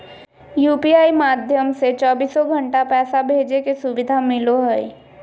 UPI माध्यम से चौबीसो घण्टा पैसा भेजे के सुविधा मिलो हय